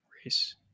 race